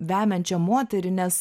vemiančią moterį nes